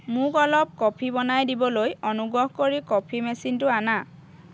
মোক অলপ কফি বনাই দিবলৈ অনুগ্ৰহ কৰি কফি মেচিনটো আনা